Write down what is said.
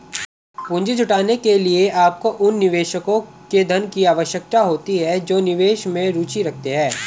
पूंजी जुटाने के लिए, आपको उन निवेशकों से धन की आवश्यकता होती है जो निवेश में रुचि रखते हैं